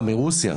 מרוסיה?